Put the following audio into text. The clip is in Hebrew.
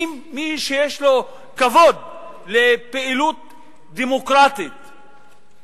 מי שיש לו כבוד לדמוקרטיה אמיתית,